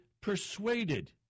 persuaded